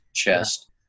chest